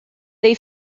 they